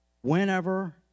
whenever